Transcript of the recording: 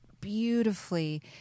beautifully